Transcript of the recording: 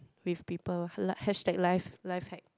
with people li~ hashtag life life hack